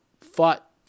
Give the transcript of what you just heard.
fought